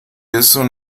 eso